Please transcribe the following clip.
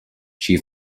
чьи